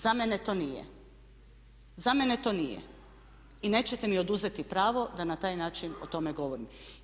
Za mene to nije, za mene to nije i nećete mi oduzeti pravo da na taj način o tome govorim.